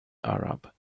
arab